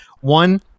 One